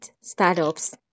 startups